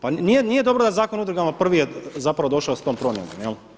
Pa nije dobro da Zakon o udrugama prvi je zapravo došao s tom promjenom.